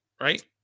right